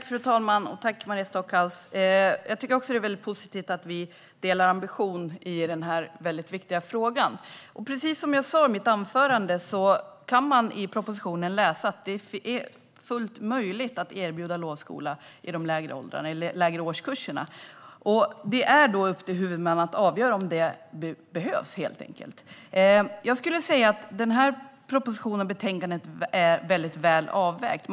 Fru talman! Jag tackar Maria Stockhaus för detta. Jag tycker också att det är mycket positivt att vi har samma ambition i denna mycket viktiga fråga. Precis som jag sa i mitt anförande kan man i propositionen läsa att det är fullt möjligt att erbjuda lovskola i de lägre årskurserna. Det är då helt enkelt upp till huvudmännen om det behövs. Denna proposition och detta betänkande är mycket väl avvägda.